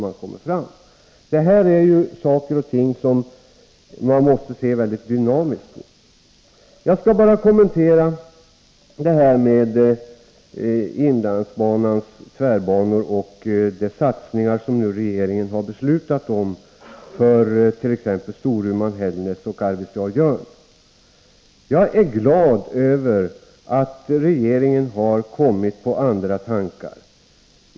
Man måste se dynamiskt på detta. Jag skall kommentera detta med inlandsbanans tvärbanor och de satsningar som regeringen har beslutat om för t.ex. Storuman-Hällnäs och Arvidsjaur-Jörn. Jag är glad över att regeringen har kommit på andra tankar.